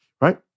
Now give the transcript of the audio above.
Right